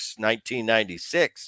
1996